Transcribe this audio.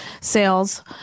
sales